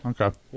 Okay